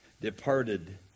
departed